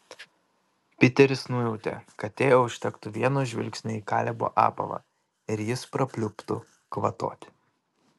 piteris nujautė kad teo užtektų vieno žvilgsnio į kalebo apavą ir jis prapliuptų kvatoti